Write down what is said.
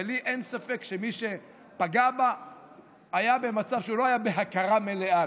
ולי אין ספק שמי שפגע בה היה במצב שהוא לא היה בהכרה מלאה,